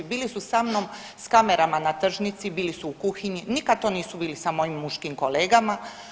Bili su sa mnom sa kamerama na tržnici, bili su u kuhinji, nikad to nisu bili sa mojim muškim kolegama.